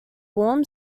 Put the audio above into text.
warm